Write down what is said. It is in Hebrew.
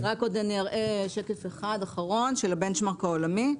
(שקף: בנצ'מרק עולמי).